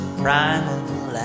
primal